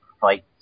fight